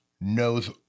knows